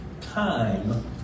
time